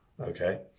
okay